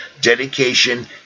dedication